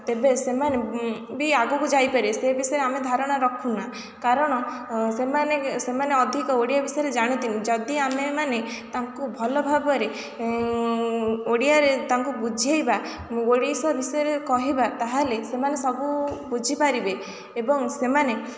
ତେବେ ସେମାନେ ବି ଆଗକୁ ଯାଇପାରେ ସେ ବିଷୟରେ ଆମେ ଧାରଣା ରଖୁନା କାରଣ ସେମାନେ ସେମାନେ ଅଧିକ ଓଡ଼ିଆ ବିଷୟରେ ଜାଣନ୍ତିନି ଯଦି ଆମେମାନେ ତାଙ୍କୁ ଭଲ ଭାବରେ ଓଡ଼ିଆରେ ତାଙ୍କୁ ବୁଝେଇବା ଓଡ଼ିଶା ବିଷୟରେ କହିବା ତାହେଲେ ସେମାନେ ସବୁ ବୁଝିପାରିବେ ଏବଂ ସେମାନେ